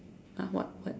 !huh! what what